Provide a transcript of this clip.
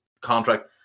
contract